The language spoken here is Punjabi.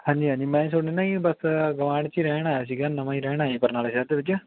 ਹਾਂਜੀ ਹਾਂਜੀ ਮੈਂ ਤੁਹਾਨੂੰ ਨਾ ਜੀ ਬਸ ਗਵਾਂਢ 'ਚ ਹੀ ਰਹਿਣ ਆਇਆ ਸੀਗਾ ਨਵਾਂ ਹੀ ਰਹਿਣ ਆਇਆ ਬਰਨਾਲੇ ਸ਼ਹਿਰ ਦੇ ਵਿੱਚ